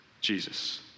Jesus